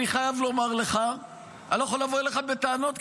אני חייב לומר לך שאני לא יכול לבוא אליך בטענות,